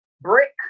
brick